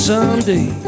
Someday